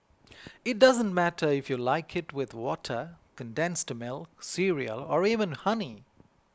it doesn't matter if you like it with water condensed milk cereal or even honey